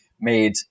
made